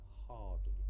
hardly